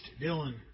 Dylan